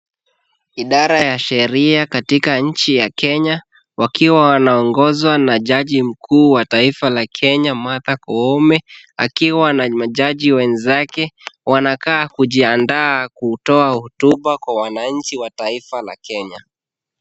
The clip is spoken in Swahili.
Idara ya sheria katika nchi ya Kenya, wakiwa wanaongozwa na jaji mkuu wa taifa la Kenya Martha Koome, akiwa na majaji wenzake. Wanakaa kujiandaa kutoa hotuba kwa wananchi wa taifa la Kenya.